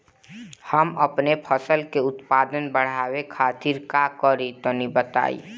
हम अपने फसल के उत्पादन बड़ावे खातिर का करी टनी बताई?